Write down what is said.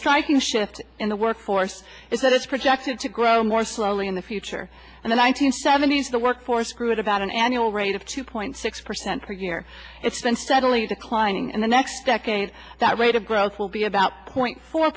striking shift in the workforce is that it's projected to grow more slowly in the future and the one nine hundred seventy s the workforce grew at about an annual rate of two point six percent per year it's been steadily declining in the next decade that rate of growth will be about point four